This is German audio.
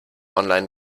online